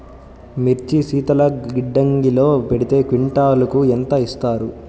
మిర్చి శీతల గిడ్డంగిలో పెడితే క్వింటాలుకు ఎంత ఇస్తారు?